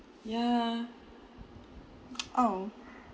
yeah oh